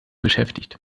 beschäftigt